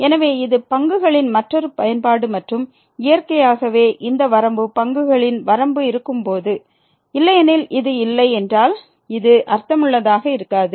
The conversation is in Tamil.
எனவே இது பங்குகளின் மற்றொரு பயன்பாடு மற்றும் இயற்கையாகவே இந்த வரம்பு பங்குகளின் வரம்பு இருக்கும்போது இல்லையெனில் இது இல்லை என்றால் இது அர்த்தமுள்ளதாக இருக்காது